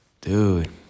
dude